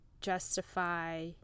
justify